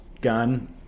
gun